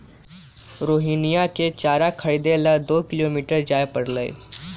रोहिणीया के चारा खरीदे ला दो किलोमीटर जाय पड़लय